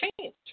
change